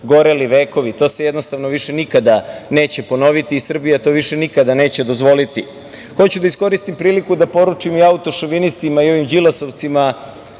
goreli vekovi. To se jednostavno više nikada neće ponoviti i Srbija to više nikada neće dozvoliti. Hoću da iskoristim priliku da autošovinistima i ovim Đilasovcima